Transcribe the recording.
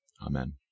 Amen